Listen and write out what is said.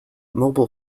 mobile